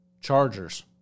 Chargers